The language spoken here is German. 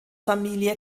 familie